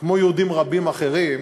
כמו יהודים רבים אחרים,